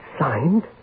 signed